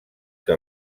que